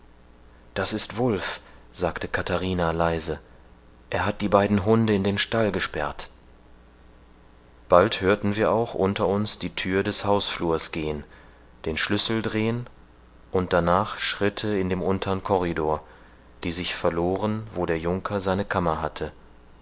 das ist wulf sagte katharina leise er hat die beiden hunde in den stall gesperrt bald hörten wir auch unter uns die thür des hausflurs gehen den schlüssel drehen und danach schritte in dem untern corridor die sich verloren wo der junker seine kammer hatte